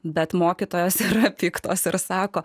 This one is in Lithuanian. bet mokytojas yra piktas ir sako